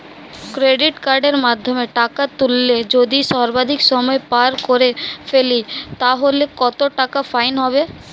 Credit কার্ডের মাধ্যমে টাকা তুললে যদি সর্বাধিক সময় পার করে ফেলি তাহলে কত টাকা ফাইন হবে?